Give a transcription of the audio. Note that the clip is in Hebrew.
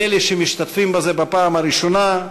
לאלה שמשתתפים בזה בפעם הראשונה,